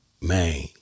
Man